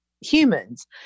humans